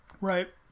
Right